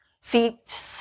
feet